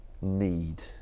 need